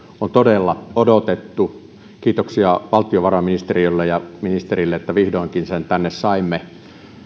on todella odotettu kiitoksia valtiovarainministeriölle ja ministerille että vihdoinkin sen tänne saimme